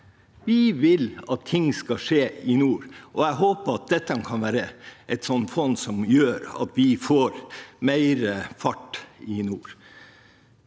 Vi vil at ting skal skje i nord. Jeg håper at dette kan være et fond som gjør at vi får mer fart i nord.